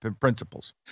principles